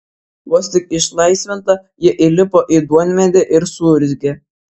vos tik išlaisvinta ji įlipo į duonmedį ir suurzgė